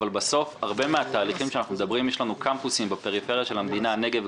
אבל בסוף יש לנו קמפוסים בפריפריה של המדינה נגב,